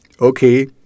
okay